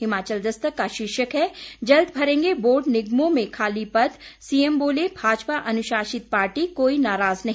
हिमाचल दस्तक का शीर्षक है जल्द भरेंगे बोर्ड निगमों में खाली पद सीएम बोले भाजपा अनुशासित पार्टी कोई नाराज नहीं